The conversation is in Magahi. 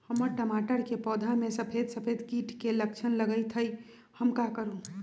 हमर टमाटर के पौधा में सफेद सफेद कीट के लक्षण लगई थई हम का करू?